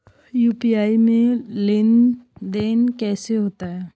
UPI में लेनदेन कैसे होता है?